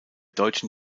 deutschen